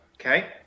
Okay